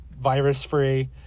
virus-free